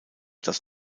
das